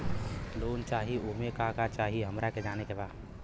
Loan चाही उमे का का चाही हमरा के जाने के बा?